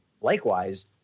Likewise